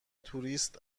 توریست